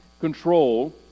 control